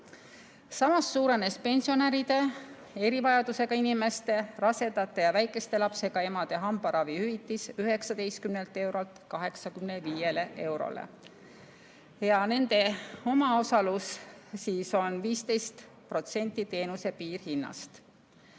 Samas suurenes pensionäride, erivajadusega inimeste, rasedate ja väikese lapsega emade hambaravihüvitis 19 eurolt 85 eurole ja nende omaosalus on 15% teenuse piirhinnast.